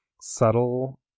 subtle